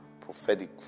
prophetic